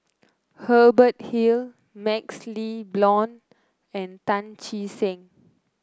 Hubert Hill MaxLe Blond and Tan Che Sang